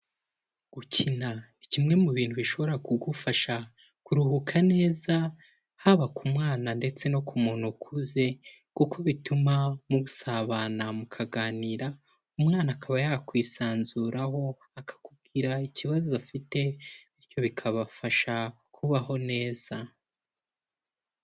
Gukina ni kimwe mu bintu bishobora kugufasha kuruhuka neza haba ku mwana ndetse no ku muntu ukuze kuko bituma musabana, mukaganira umwana akaba yakwisanzuraho akakubwira ikibazo afite bityo bikabafasha kubaho neza.